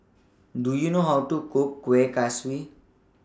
Do YOU know How to Cook Kueh Kaswi